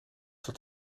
dat